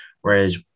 Whereas